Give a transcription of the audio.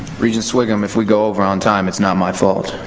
regent sviggum, if we go over on time, it's not my fault.